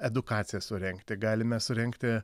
edukaciją surengti galime surengti